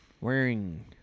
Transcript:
Wearing